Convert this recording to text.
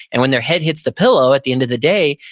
and when their head hits the pillow at the end of the day,